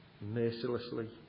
mercilessly